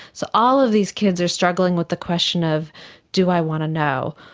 so all of these kids are struggling with the question of do i want to know,